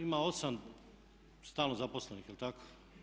Ima 8 stalno zaposlenih, jel' tako?